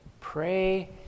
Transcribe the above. Pray